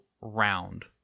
round